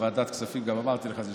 בוועדת הכספים גם אמרתי לך את זה,